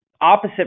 opposite